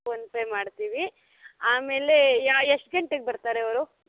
PhonePe ಮಾಡ್ತೀವಿ ಆಮೇಲೆ ಯಾ ಎಷ್ಟು ಗಂಟೆಗೆ ಬರ್ತಾರೆ ಅವರು